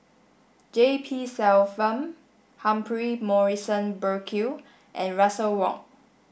G P Selvam Humphrey Morrison Burkill and Russel Wong